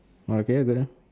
oh okay go lah